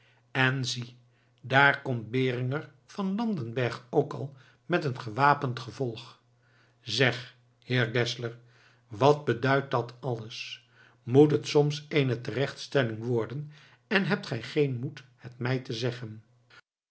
en zie daar komt beringer van landenberg ook al met een gewapend gevolg zeg heer geszler wat beduidt dat alles moet het soms eene terechtstelling worden en hebt gij geen moed het mij te zeggen